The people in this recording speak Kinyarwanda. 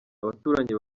abaturanyi